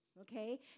Okay